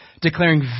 declaring